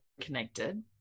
connected